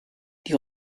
die